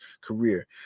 career